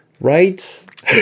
Right